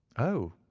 oh!